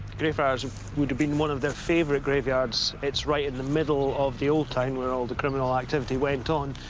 greyfriars would have been one of their favorite graveyards. it's right in the middle of the old town where all the criminal activity went on.